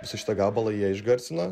šitą gabalą jie išgarsino